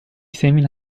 semina